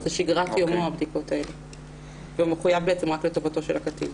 הבדיקות האלה הן שגרת יומו והוא מחויב רק לטובתו של הקטין.